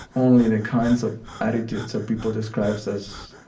only the kinds of attitudes that people describe as